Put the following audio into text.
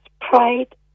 pride